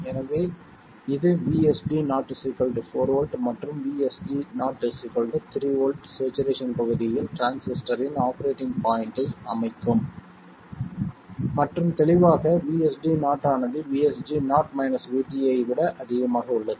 எனவே இது VSD0 4 V மற்றும் VSG0 3 வோல்ட் ஸ்சேச்சுரேசன் பகுதியில் டிரான்சிஸ்டரின் ஆபரேட்டிங் பாய்ண்ட்டை அமைக்கும் மற்றும் தெளிவாக VSD0 ஆனது VSG0 VT ஐ விட அதிகமாக உள்ளது